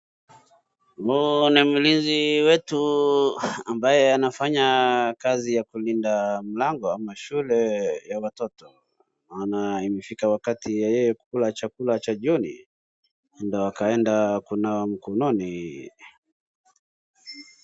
Huu ni mlinzi wetu ambaye anafanya kazi ya kulinda mlango ama shule ya watoto .Inaafika wakati wa yeye kukula chakula cha jioni ndo akaenda kunawa mkononi .